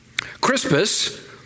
Crispus